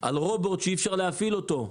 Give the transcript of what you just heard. על רובוט שאי-אפשר להפעיל אותו.